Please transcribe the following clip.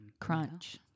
Crunch